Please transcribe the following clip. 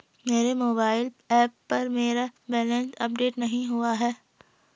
मेरे mobile app पर मेरा बैलेंस अपडेट नहीं हुआ है